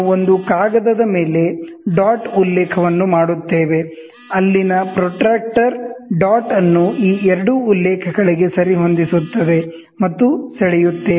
ನಾವು ಒಂದು ಕಾಗದದ ಮೇಲೆ ಡಾಟ್ ಉಲ್ಲೇಖವನ್ನು ಮಾಡುತ್ತೇವೆ ಅಲ್ಲಿನ ಪ್ರೊಟ್ರಾಕ್ಟರ್ ಡಾಟ್ ಅನ್ನು ಈ ಎರಡು ಉಲ್ಲೇಖಗಳಿಗೆ ಸರಿಹೊಂದಿಸುತ್ತೇವೆ ಮತ್ತು ಬರೆಯುತ್ತೇವೆ